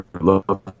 Love